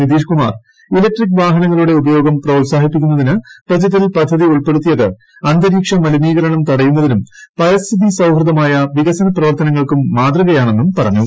Nitish Kumar electric വാഹനങ്ങളുടെ ഉപയോഗം പ്രോത്സാഹിപ്പിക്കുന്നതിന് ബജറ്റിൽ പദ്ധതി ഉൾപ്പെടുത്തിയത് അന്തരീക്ഷ മലിനീകരണം തടയുന്നതിനും പരിസ്ഥിതി സൌഹൃദമായ വികസന പ്രവർത്തനങ്ങൾക്കും മാതൃകയാണെന്നും പറഞ്ഞു